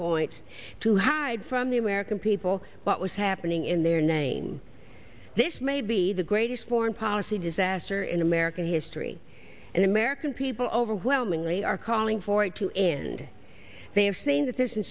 points to hide from the american people what was happening in their name this may be the greatest foreign policy disaster in american history and the american people overwhelmingly are calling for it to end they have seen that th